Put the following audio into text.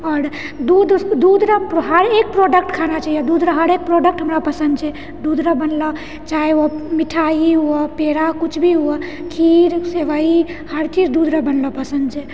आओर दूध दूध रऽ हरेक प्रोडक्ट खाना चाहिए दूध रऽ हरेक प्रोडक्ट हमरा पसन्द छै दूध रऽ बनल चाहे ओ मिठाइ ही हुवऽ पेड़ा कुछ भी हुवऽ खीर सेवइ हर चीज दूध रऽ बनल पसन्द छै